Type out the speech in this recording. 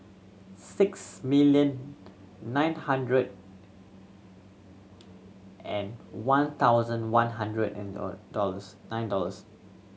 six million nine hundred and one thousand one hundred and dollars nine dollars